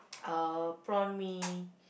uh prawn-mee